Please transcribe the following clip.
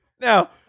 Now